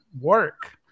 work